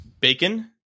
bacon